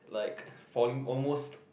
like falling almost